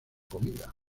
comida